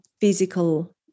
physical